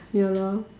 ya lah